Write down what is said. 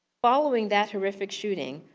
following that horrific shooting,